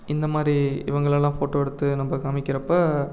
இந்தமாதிரி இவங்களெலாம் ஃபோட்டோ எடுத்து நம்ம காமிக்கிறப்போ